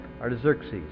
Artaxerxes